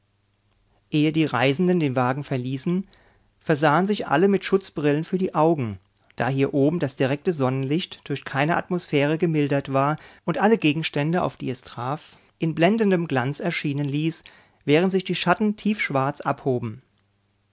ehe die reisenden den wagen verließen versahen sich alle mit schutzbrillen für die augen da hier oben das direkte sonnenlicht durch keine atmosphäre gemildert war und alle gegenstände auf die es traf in blendendem glanz erscheinen ließ während sich die schatten tiefschwarz abhoben